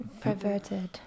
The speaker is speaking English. perverted